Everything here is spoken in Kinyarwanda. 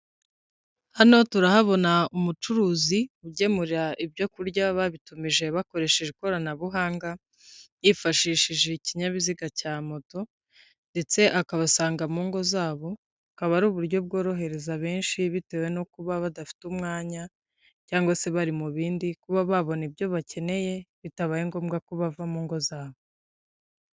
Hano turahabona umucuruzi ugemurira ibyoku kurya babitumije bakoresheje ikoranabuhanga yifashishije ikinyabiziga cya moto ndetse akabasanga mu ngo zabo, akaba ari uburyo bworohereza benshi bitewe no kuba badafite umwanya cyangwa se bari mu bindi kuba babona ibyo bakeneye bitabaye ngombwa ko bava mu ngo zabo.